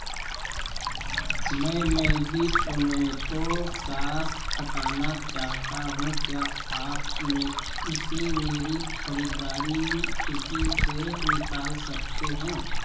मैं Maggi tomato sauce हटाना चाहता हूँ क्या आप मे इसे मेरी खरीदारी सूची से निकाल सकते हैं